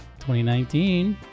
2019